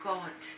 God